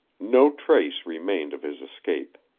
no trace remained of his escape.